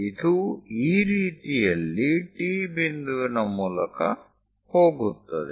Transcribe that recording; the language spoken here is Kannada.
ಇದು ಈ ರೀತಿಯಲ್ಲಿ T ಬಿಂದುವಿನ ಮೂಲಕ ಹೋಗುತ್ತದೆ